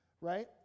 right